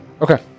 Okay